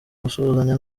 gusuhuzanya